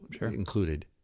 included